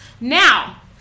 now